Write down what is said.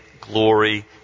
glory